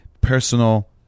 personal